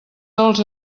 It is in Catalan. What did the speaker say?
dolç